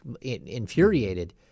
infuriated